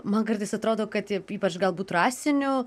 man kartais atrodo kad ypač galbūt rasiniu